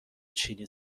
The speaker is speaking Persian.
چینی